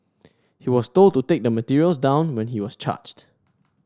he was told to take the materials down when he was charged